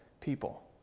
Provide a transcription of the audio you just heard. people